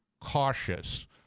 cautious